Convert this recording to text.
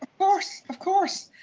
course, of course.